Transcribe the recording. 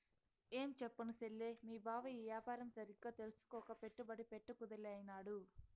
ఏంచెప్పను సెల్లే, మీ బావ ఆ యాపారం సరిగ్గా తెల్సుకోక పెట్టుబడి పెట్ట కుదేలైనాడు